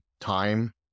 time